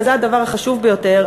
וזה הדבר החשוב ביותר,